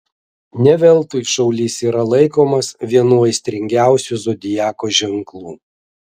ne veltui šaulys yra laikomas vienu aistringiausių zodiako ženklų